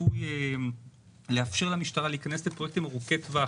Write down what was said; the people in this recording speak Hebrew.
שצפוי לאפשר למשטרה להיכנס לפרויקטים ארוכי טווח,